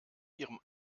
ihrem